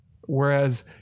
Whereas